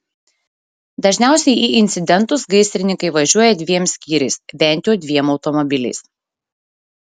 dažniausiai į incidentus gaisrininkai važiuoja dviem skyriais bent jau dviem automobiliais